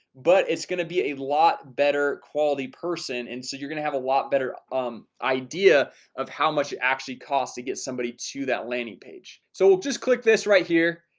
but it's gonna be a lot better quality person and so you're gonna have a lot better um idea of how much it actually cost to get somebody to that landing page so we'll just click this right here.